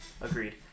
Agreed